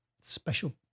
special